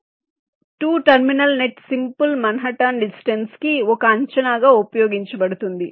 కాబట్టి 2 terminal nets simple Manhattan distance కి ఒక అంచనాగా ఉపయోగించబడుతుంది